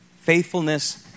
faithfulness